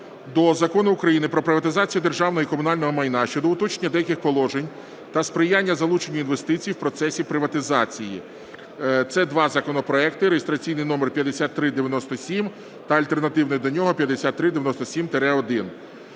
до Закону України "Про приватизацію державного і комунального майна" щодо уточнення деяких положень та сприяння залученню інвестицій в процесі приватизації. Це два законопроекти: реєстраційний номер 5397 та альтернативний до нього – 5397-1.